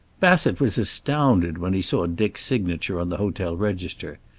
bassett was astounded when he saw dick's signature on the hotel register.